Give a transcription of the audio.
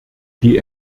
die